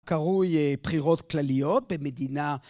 קרוי בחירות כלליות במדינה.